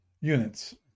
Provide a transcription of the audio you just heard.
units